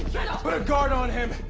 put a guard on him.